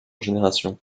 génération